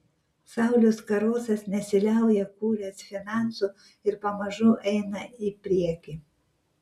saulius karosas nesiliauja kūręs finansų ir pamažu eina į priekį